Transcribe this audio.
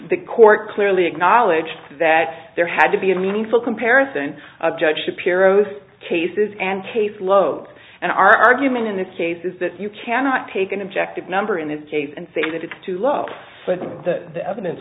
the court clearly acknowledged that there had to be a meaningful comparison of judge shapiro's cases and case lote and our argument in this case is that you cannot take an objective number in this case and say that it's to look up with the evidence